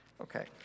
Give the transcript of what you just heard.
okay